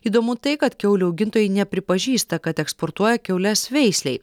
įdomu tai kad kiaulių augintojai nepripažįsta kad eksportuoja kiaules veislei